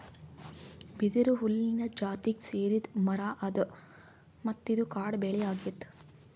ಬಿದಿರು ಹುಲ್ಲಿನ್ ಜಾತಿಗ್ ಸೇರಿದ್ ಮರಾ ಅದಾ ಮತ್ತ್ ಇದು ಕಾಡ್ ಬೆಳಿ ಅಗ್ಯಾದ್